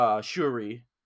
Shuri